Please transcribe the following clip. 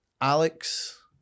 alex